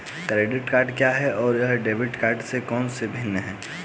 Credit card क्या है और यह डेबिट कार्ड से कैसे भिन्न है?